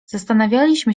zastanawialiśmy